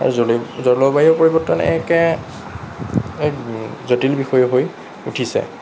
আৰু জলবায়ু পৰিৱৰ্তন একে এক জটিল বিষয় হৈ উঠিছে